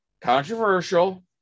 controversial